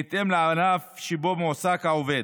בהתאם לענף שבו מועסק העובד,